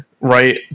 right